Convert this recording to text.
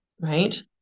right